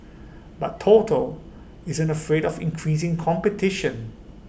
but total isn't afraid of increasing competition